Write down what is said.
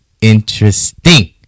interesting